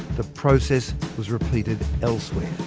the process was repeated elsewhere.